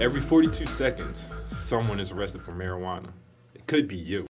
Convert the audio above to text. every forty two seconds someone is arrested for marijuana it could be you